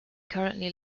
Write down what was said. currently